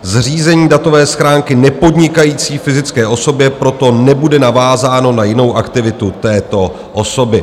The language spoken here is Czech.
Zřízení datové schránky nepodnikající fyzické osobě proto nebude navázáno na jinou aktivitu této osoby.